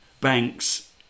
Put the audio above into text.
banks